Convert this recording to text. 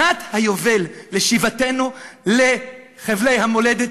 שנת היובל לשיבתנו לחבלי המולדת,